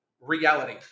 Reality